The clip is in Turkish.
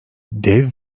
dev